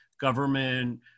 government